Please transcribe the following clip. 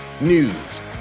news